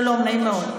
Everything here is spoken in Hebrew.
שלום, נעים מאוד.